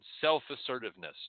self-assertiveness